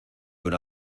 una